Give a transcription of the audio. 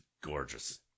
gorgeous